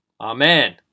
Amen